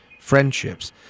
friendships